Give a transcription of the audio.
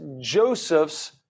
Joseph's